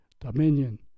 dominion